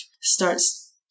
starts